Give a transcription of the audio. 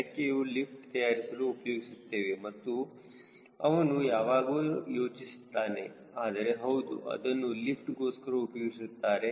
ರೆಕ್ಕೆಯು ಲಿಫ್ಟ್ ತಯಾರಿಸಲು ಉಪಯೋಗಿಸುತ್ತೇವೆ ಎಂದು ಅವನು ಯಾವಾಗ ಯೋಚಿಸುತ್ತಾನೆ ಆದರೆ ಹೌದು ಅದನ್ನು ಲಿಫ್ಟ್ಗೋಸ್ಕರ ಉಪಯೋಗಿಸುತ್ತಾರೆ